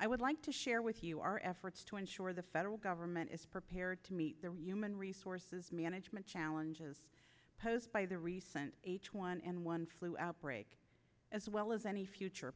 i would like to share with you our efforts to ensure the federal government is prepared to meet their human resources management challenges posed by the recent h one n one flu outbreak as well as any future